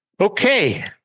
Okay